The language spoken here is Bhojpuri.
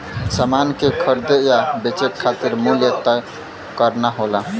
समान के खरीदे या बेचे खातिर मूल्य तय करना होला